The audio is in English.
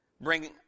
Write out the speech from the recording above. bring